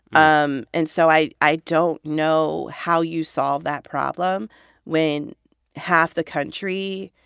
um and so i i don't know how you solve that problem when half the country